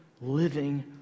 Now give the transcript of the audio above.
living